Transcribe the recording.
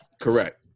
correct